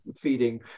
feeding